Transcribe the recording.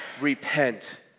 Repent